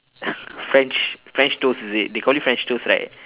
french french toast is it they call it french toast right